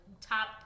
top